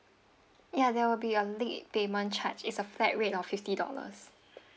ya there will be a late payment charge it's a flat rate of fifty dollars